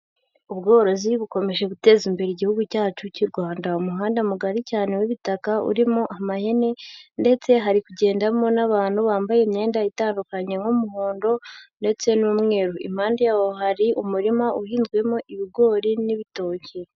Ubworozi bukomeje guteza imbere Igihugu cyacu cy'u Rwanda. Umuhanda mugari cyane w'ibitaka urimo amahene, ndetse hari kugendamo n'abantu bambaye imyenda itandukanye: nk'umuhondo ndetse n'umweru. Impande yawo hari umurima uhinzwemo ibigori n'ibitoki.